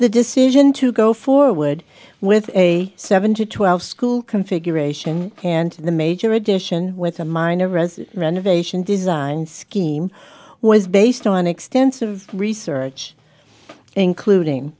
the decision to go forward with a seven to twelve school configuration and the major addition with a minor resin renovation design scheme was based on extensive research including